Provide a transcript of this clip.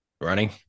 Running